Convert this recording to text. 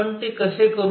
आपण ते कसे करू